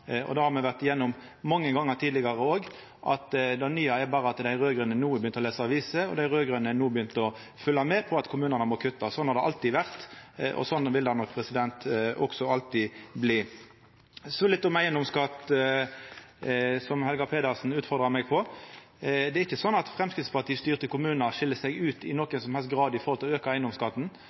åra. Det har me vore gjennom mange gonger tidlegare òg. Det nye er berre at dei raud-grøne no har begynt å lesa aviser og har begynt å følgja med på at kommunane må kutta. Slik har det alltid vore, og slik vil det nok alltid bli. Så litt om eigedomsskatt, som Helga Pedersen utfordra meg på. Det er ikkje slik at framstegspartistyrte kommunar skil seg ut i nokon som helst grad når det gjeld å auka eigedomsskatten.